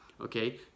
Okay